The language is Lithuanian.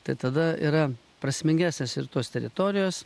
tai tada yra prasmingesnės ir tos teritorijos